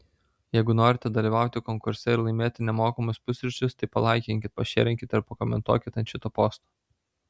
jeigu norite dalyvauti konkurse ir laimėti nemokamus pusryčius tai palaikinkit pašėrinkit ir pakomentuokit ant šito posto